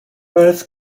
birth